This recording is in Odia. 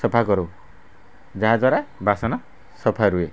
ସଫା କରୁ ଯାହାଦ୍ଵାରା ବାସନ ସଫା ରୁହେ